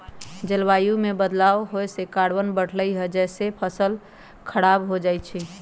जलवायु में बदलाव होए से कार्बन बढ़लई जेसे फसल स खराब हो जाई छई